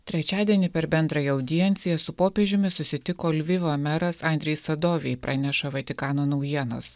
trečiadienį per bendrąją audienciją su popiežiumi susitiko lvivo meras andrij sadovij praneša vatikano naujienos